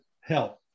help